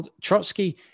Trotsky